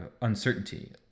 uncertainty